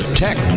tech